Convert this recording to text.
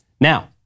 Now